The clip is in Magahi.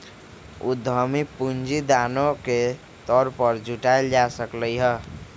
उधमी पूंजी दानो के तौर पर जुटाएल जा सकलई ह